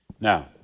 now